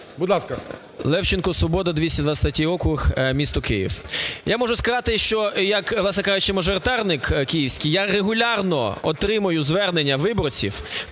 Будь ласка.